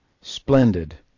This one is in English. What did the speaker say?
splendid